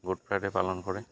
good Friday পালন কৰে